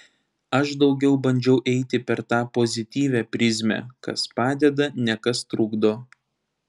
aš daugiau bandžiau eiti per tą pozityvią prizmę kas padeda ne kas trukdo